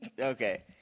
Okay